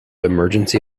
emergency